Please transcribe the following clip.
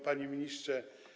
Panie Ministrze!